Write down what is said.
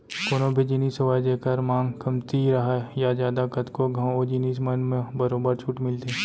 कोनो भी जिनिस होवय जेखर मांग कमती राहय या जादा कतको घंव ओ जिनिस मन म बरोबर छूट मिलथे